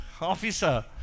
officer